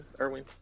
Irwin